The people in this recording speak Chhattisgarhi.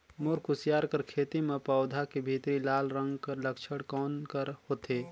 मोर कुसियार कर खेती म पौधा के भीतरी लाल रंग कर लक्षण कौन कर होथे?